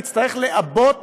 נצטרך לעבות